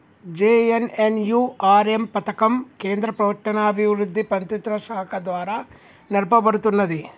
JNNURM పథకం కేంద్ర పట్టణాభివృద్ధి మంత్రిత్వశాఖ ద్వారా నడపబడుతున్నది